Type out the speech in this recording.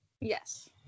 yes